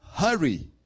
hurry